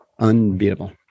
unbeatable